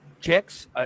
chicks